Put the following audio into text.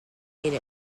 late